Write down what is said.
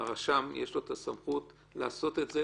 מה שאנחנו לא יכולים למנוע מהם לעשות.